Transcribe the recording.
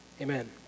amen